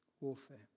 Warfare